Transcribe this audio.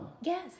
Yes